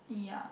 yeah